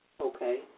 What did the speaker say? Okay